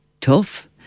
tough